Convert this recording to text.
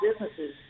businesses